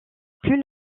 plus